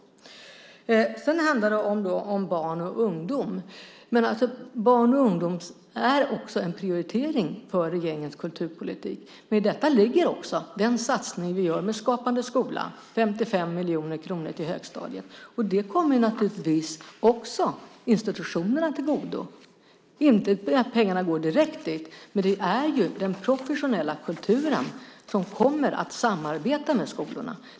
Det handlar om barn och ungdom. Barn och ungdom är en prioritering för regeringens kulturpolitik. I det ligger den satsning vi gör med Skapande skola - 55 miljoner kronor till högstadiet. Det kommer naturligtvis också institutionerna till godo. Pengarna går inte direkt dit, men den professionella kulturen kommer att samarbeta med skolorna.